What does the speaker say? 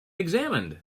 examined